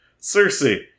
Cersei